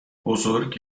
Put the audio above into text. بزرگ